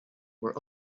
were